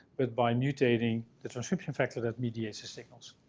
but by mutating the transcription factor that mediates the signals.